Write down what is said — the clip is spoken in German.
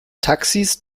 taxis